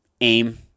aim